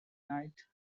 night